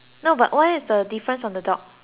the difference on the dog